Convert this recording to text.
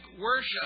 worship